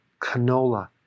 canola